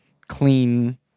clean